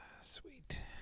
sweet